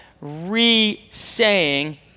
re-saying